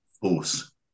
force